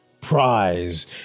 prize